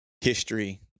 history